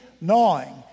gnawing